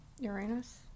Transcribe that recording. uranus